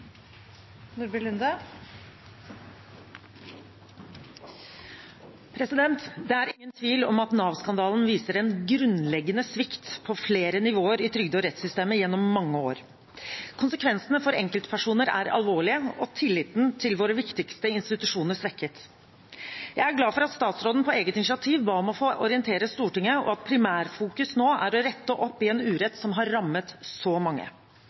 ingen tvil om at Nav-skandalen viser en grunnleggende svikt på flere nivåer i trygdesystemet og i rettssystemet gjennom mange år. Konsekvensene for enkeltpersoner er alvorlige, og tilliten til våre viktigste institusjoner er svekket. Jeg er glad for at statsråden på eget initiativ ba om å få orientere Stortinget, og at primærfokuset nå er å rette opp i en urett som har rammet så mange.